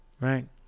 right